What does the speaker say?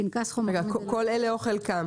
כל אלה או חלקם